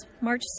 March